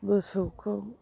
मोसौखौ